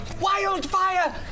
Wildfire